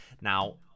Now